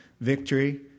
victory